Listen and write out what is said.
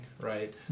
right